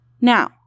Now